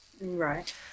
Right